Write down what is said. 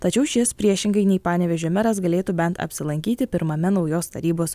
tačiau šis priešingai nei panevėžio meras galėtų bent apsilankyti pirmame naujos tarybos